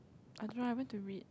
I don't know I haven't to read